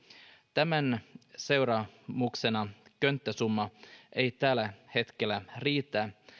tämän seurauksena könttäsumma ei tällä hetkellä riitä